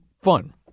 fun